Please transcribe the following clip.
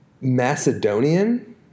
Macedonian